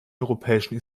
europäischen